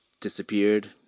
disappeared